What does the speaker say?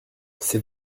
c’est